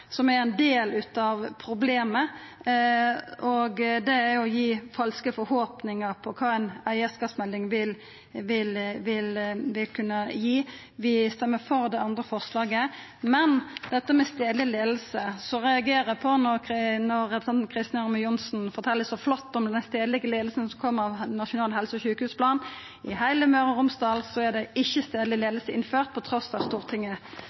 er ein del av problemet. Det er å gi falske forhåpningar om kva ei eigarskapsmelding vil kunna gi. Men vi stemmer for det andre forslaget. Når det gjeld dette med stadleg leiing, reagerer eg på at representanten Kristin Ørmen Johnsen fortel så flott om den stadlege leiinga som kom i Nasjonal helse- og sjukehusplan. I Møre og Romsdal er ikkje stadleg leiing innført trass i Stortingets vedtak. Dette er